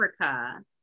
Africa